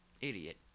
idiot